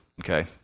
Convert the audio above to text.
Okay